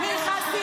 חבר